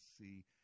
see